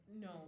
No